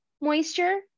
moisture